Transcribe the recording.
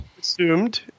assumed